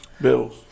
Bills